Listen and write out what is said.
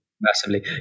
Massively